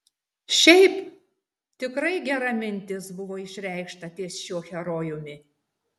šiaip tikrai gera mintis buvo išreikšta ties šiuo herojumi